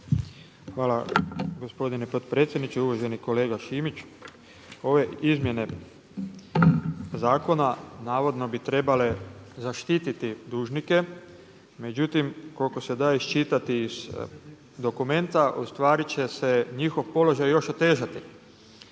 Hvala gospodine potpredsjedniče. Uvaženi kolega Šimić ove izmjene zakona navodno bi trebale zaštititi dužnike međutim koliko se da iščitati iz dokumenta ustvari će se njihov položaj još otežati.